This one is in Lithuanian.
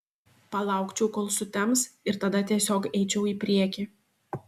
palaukčiau kol sutems ir tada tiesiog eičiau į priekį